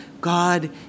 God